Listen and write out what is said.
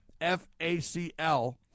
FACL